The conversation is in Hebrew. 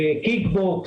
קיק בוקס,